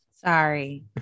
sorry